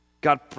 God